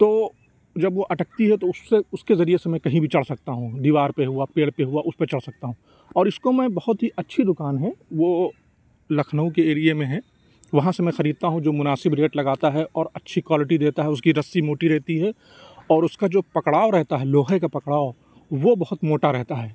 تو جب وہ اٹکتی ہے تو اس سے اس کے ذریعے سے میں کہیں بھی چڑھ سکتا ہوں دیوار پہ ہوا پیڑ پہ ہوا اس پہ چڑھ سکتا ہوں اور اس کو میں بہت ہی اچھی دکان ہے وہ لکھنؤ کے ایریے میں ہے وہاں سے میں خریدتا ہوں جو مناسب ریٹ لگاتا ہے اور اچھی کوالٹی دیتا ہے اس کی رسی موٹی رہتی ہے اور اس کا جو پکڑاؤ رہتا ہے لوہے کا پکڑاؤ وہ بہت موٹا رہتا ہے